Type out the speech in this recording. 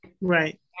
Right